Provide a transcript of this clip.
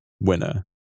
winner